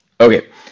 Okay